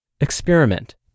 Experiment